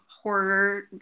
horror